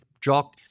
Jock